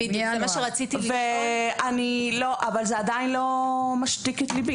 אבל זה עדיין לא מרגיע אותי.